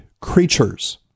creatures